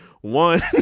one